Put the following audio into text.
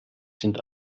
sind